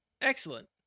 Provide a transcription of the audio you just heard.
Excellent